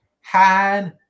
han